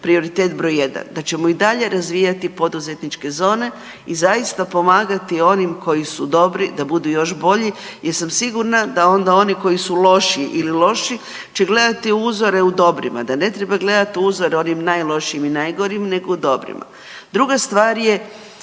prioritet broj jedan, da ćemo i dalje razvijati poduzetničke zone i zaista pomagati onim koji su dobri da budu još bolji jer sam sigurna da onda oni koji su lošiji ili loši će gledati uzore u dobrima, da ne treba gledati uzore u onim najlošijim i najgorim nego u dobrima. Druga stvar je